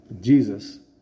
Jesus